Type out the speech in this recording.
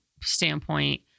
standpoint